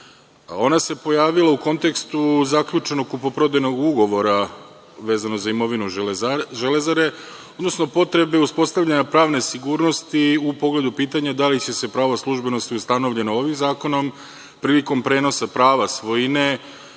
Ona se pojavila u kontekstu zaključenog kupoprodajnog ugovora vezano za imovinu Železare, odnosno potrebe uspostavljanja pravne sigurnosti u pogledu pitanja da li će se prava službenosti ustanovljena ovim zakonom prilikom prenosa prava svojine